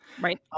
Right